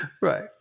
Right